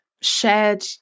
shared